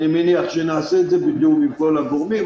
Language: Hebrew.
אני מניח שנעשה את זה בתיאום עם כל הגורמים.